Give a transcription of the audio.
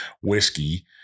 whiskey